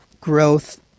growth